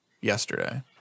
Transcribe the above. yesterday